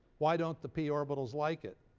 why don't the p orbitals like it?